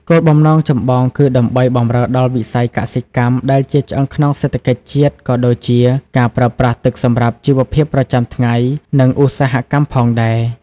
គោលបំណងចម្បងគឺដើម្បី បម្រើដល់វិស័យកសិកម្ម ដែលជាឆ្អឹងខ្នងសេដ្ឋកិច្ចជាតិ ក៏ដូចជា ការប្រើប្រាស់ទឹកសម្រាប់ជីវភាពប្រចាំថ្ងៃ និងឧស្សាហកម្ម ផងដែរ។